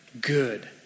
good